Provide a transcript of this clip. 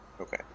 Okay